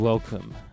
Welcome